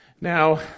Now